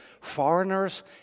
foreigners